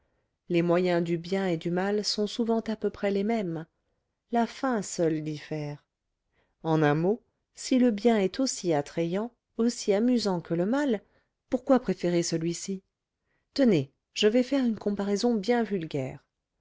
les moyens du bien et du mal sont souvent à peu près les mêmes la fin seule diffère en un mot si le bien est aussi attrayant aussi amusant que le mal pourquoi préférer celui-ci tenez je vais faire une comparaison bien vulgaire